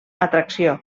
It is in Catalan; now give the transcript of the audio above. atracció